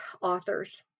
authors